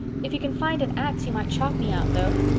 if you can find an axe you might chop me out, though.